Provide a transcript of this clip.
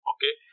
Okay